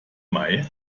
mai